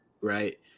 right